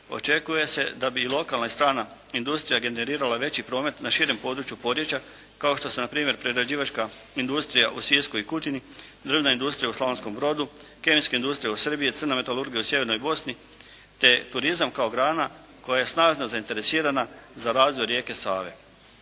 očekuje se da bi i lokalna i strana industrija generirala veći promet na širem području porječja kao što su na primjer prerađivačka industrija u Sisku i Kutini, drvna industrija u Slavonskom Brodu, kemijska industrija u Srbiji, crna metalurgija u sjevernoj Bosni te turizam kao grana koja je snažno zainteresirana za razvoj rijeke Save.